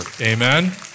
Amen